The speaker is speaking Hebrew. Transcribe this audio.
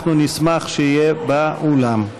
אנחנו נשמח שיהיה באולם.